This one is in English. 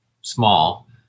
small